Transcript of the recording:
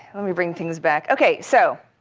let me bring things back. ok. so